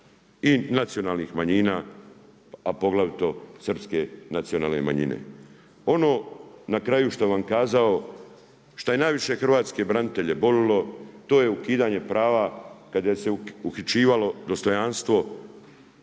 i nacionalnih manjina a poglavito Srpske nacionalne manjine. Ono na kraju što bih vam kazao, šta je najviše hrvatske branitelje boljelo to je ukidanje prava kada se uhićivalo dostojanstvo,